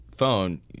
phone